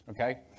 Okay